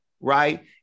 right